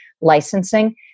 licensing